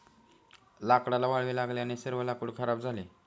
लाकडाला वाळवी लागल्याने सर्व लाकूड खराब झाले